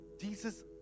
Jesus